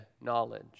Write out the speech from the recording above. knowledge